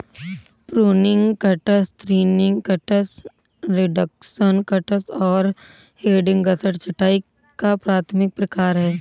pruning cuts, thinning cuts, reduction cuts और heading cuts छंटाई का प्राथमिक प्रकार हैं